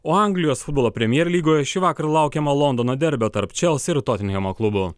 o anglijos futbolo premjer lygoje šįvakar laukiama londono derbio tarp čelsi ir totinėjemo klubų